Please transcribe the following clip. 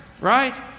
right